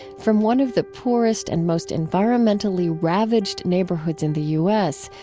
from one of the poorest and most environmentally ravaged neighborhoods in the u s,